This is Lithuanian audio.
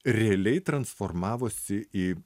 realiai transformavosi į